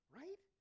right